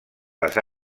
les